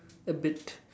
a bit